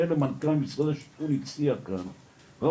למנכ"ל משרד השיכון והבינוי הציע כאן כמו האפוטרופוס.